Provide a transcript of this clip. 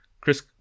Chris